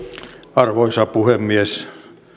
arvoisa puhemies